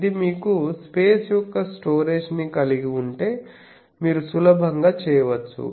ఇది మీకు స్పేస్ యొక్క స్టోరేజ్ ని కలిగి ఉంటే మీరు సులభంగా చేయవచ్చు